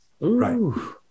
Right